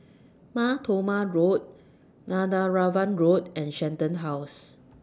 Mar Thoma Road Netheravon Road and Shenton House